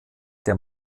der